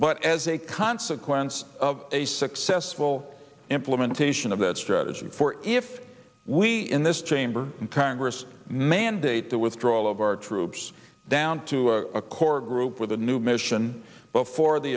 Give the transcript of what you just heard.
but as a consequence of a successful implementation of that strategy for if we in this chamber and congress mandate the withdrawal of our troops down to a core group with a new mission before the